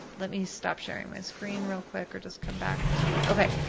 let me stop sharing my screen real quick or just come back to. okay,